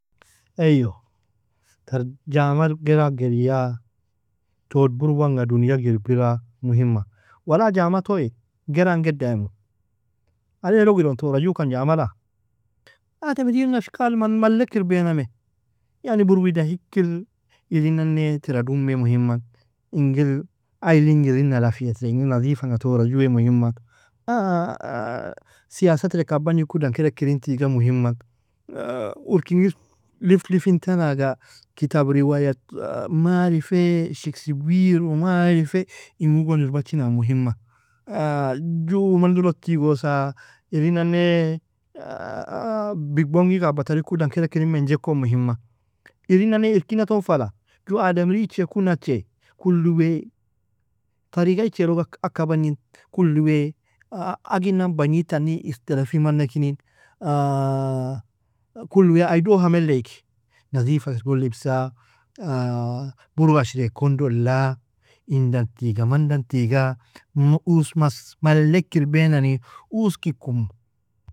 Eyyo tar jamal gara gariyaa, tood buruwanga duniag irpira muhimma, wala jamaa toy garan geddaimu, aley log iron toora jukan jamaa la, ademrin ashkal man mallek irbeyname, yani buruwi dan hikir irin nanee tira dumme muhimman, ingir ayling irin nala fisin ingir nadifanga toora juuee muhimman, siyasaa terk a bagnikudan kidek irin tiiga muhimman, urk ingir lif lifin tan aaga kitab riwaya maa arif aee shiksibbir u maa arif aee ingu guan irbachinan muhimma, Ju mando log tigosaa, irinane bigbongiga a batari kudan kedeka irin mainje kon muhimma, irin nane irkina ton falaa ju ademri iche ku nache kulo wea tariga iche log agka bagnin, koli wea aginan bagnid tani ikhtalefi manekini, kolo wea ai dooha mele igi nadeefa kir gon libsaa, buru ashriree kon dulaa in daan tiiga man daan tiiga, uos mas mallek irbeanani uuski kumu.